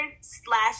slash